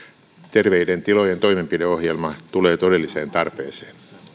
terveiden tilojen toimenpideohjelma tulee todelliseen tarpeeseen